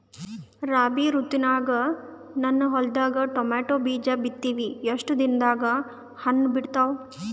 ರಾಬಿ ಋತುನಾಗ ನನ್ನ ಹೊಲದಾಗ ಟೊಮೇಟೊ ಬೀಜ ಬಿತ್ತಿವಿ, ಎಷ್ಟು ದಿನದಾಗ ಹಣ್ಣ ಬಿಡ್ತಾವ?